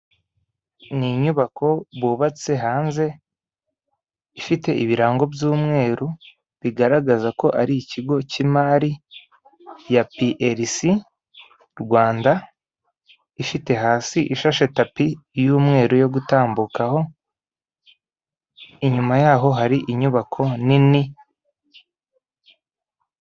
Ni inyubako bubatse hanze, ifite ibirango by'umweru bigaragaza ko ari ikigo cy'imari ya PLC Rwanda, ifite hasi ishashe tapi y'umweru yo gutambukaho, inyuma yaho hari inyubako nini.